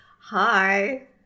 Hi